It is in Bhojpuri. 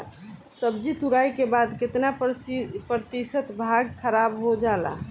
सब्जी तुराई के बाद केतना प्रतिशत भाग खराब हो जाला?